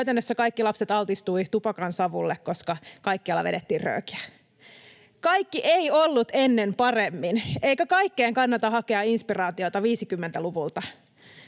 kaikki lapset altistuivat tupakansavulle, koska kaikkialla vedettiin röökiä. [Vasemmalta: Hyvä kysymys!] Kaikki ei ollut ennen paremmin, eikä kaikkien kannata hakea inspiraatiota 50-luvulta.